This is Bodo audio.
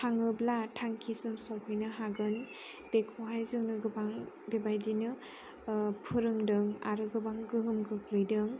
थाङोब्ला थांखिसिम सहैनो हागोन बेखौहाय जोङो गोबां बेबायदिनो फोरोंदों आरो गोबां गोहोम गोग्लैदों